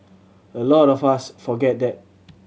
a lot of us forget that